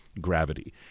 gravity